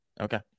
Okay